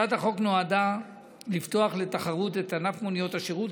נועדה לפתוח לתחרות את ענף מוניות השירות,